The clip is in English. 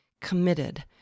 committed